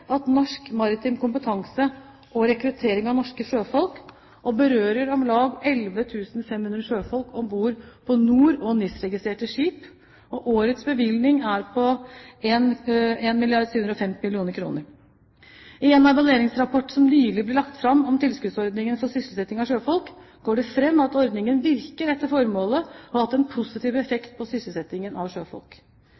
norsk maritim kompetanse og rekruttering av norske sjøfolk og berører om lag 11 500 sjøfolk om bord på NOR- og NIS-registrerte skip, og årets bevilgning er på 1 750 mill. kr. I en evalueringsrapport som nylig ble lagt fram om tilskuddsordningen for sysselsetting av sjøfolk, går det fram at ordningen virker etter formålet og har hatt en positiv